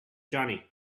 johnny